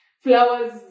flowers